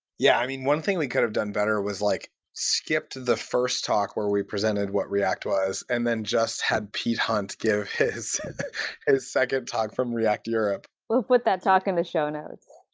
yeah, one thing we could have done better was like skip to the first talk where we presented what react was and then just have pete hunt give his his second talk from react europe. we'll put that talk in the show notes.